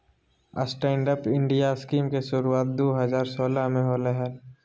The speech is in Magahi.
स्टैंडअप इंडिया स्कीम के शुरुआत दू हज़ार सोलह में होलय हल